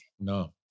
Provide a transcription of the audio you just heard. No